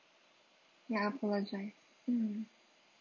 ya apologise mm